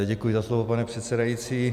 Děkuji za slovo, pane předsedající.